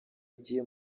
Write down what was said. ugiye